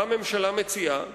מה הממשלה מציעה?